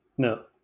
No